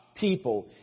people